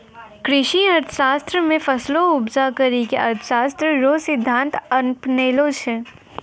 कृषि अर्थशास्त्र मे फसलो उपजा करी के अर्थशास्त्र रो सिद्धान्त अपनैलो छै